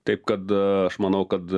taip kad aš manau kad